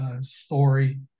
story